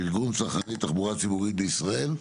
ארגון צרכני תחבורה ציבורית בישראל.